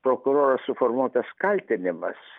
prokuroro suformuluotas kaltinimas